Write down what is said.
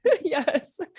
Yes